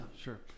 Sure